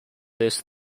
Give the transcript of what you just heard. this